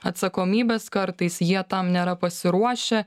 atsakomybės kartais jie tam nėra pasiruošę